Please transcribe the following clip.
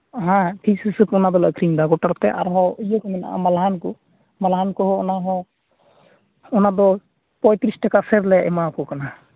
ᱦᱮᱸ ᱯᱤᱥ ᱦᱤᱥᱟᱹᱵ ᱚᱱᱟ ᱫᱚᱞᱮ ᱟᱠᱷᱨᱤᱧ ᱮᱫᱟ ᱜᱳᱴᱟᱞᱛᱮ ᱟᱨᱦᱚᱸ ᱤᱭᱟᱹ ᱠᱚ ᱢᱮᱱᱟᱜᱼᱟ ᱢᱟᱞᱦᱟᱱ ᱠᱚ ᱢᱟᱞᱦᱟᱱ ᱠᱚᱦᱚᱸ ᱚᱱᱟ ᱦᱚᱸ ᱚᱱᱟᱫᱚ ᱯᱚᱸᱭᱛᱨᱤᱥ ᱴᱟᱠᱟ ᱥᱮᱨ ᱞᱮ ᱮᱢᱟᱣᱟᱠᱚ ᱠᱟᱱᱟ